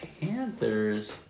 Panthers